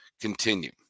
continue